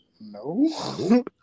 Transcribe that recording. no